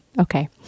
Okay